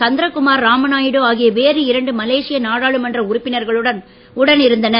சந்தரகுமார் ராமநாயுடு ஆகிய வேறு இரண்டு மலேசிய நாடாளுமன்ற உறுப்பினர்களும் உடன் இருந்தனர்